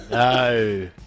No